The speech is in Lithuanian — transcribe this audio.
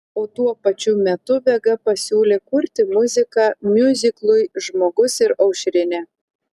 o tuo pačiu metu vega pasiūlė kurti muziką miuziklui žmogus ir aušrinė